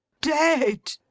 dead!